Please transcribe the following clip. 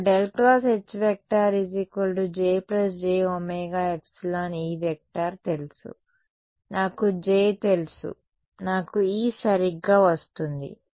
నాకు HJ j ωεE తెలుసు నాకు J తెలుసు నాకు E సరిగ్గా వస్తుంది